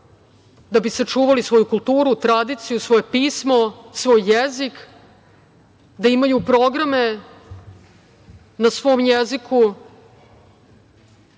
da bi sačuvali svoju kulturu, tradiciju, svoje pismo, svoj jezik, da imaju programe na svom jeziku